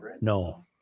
No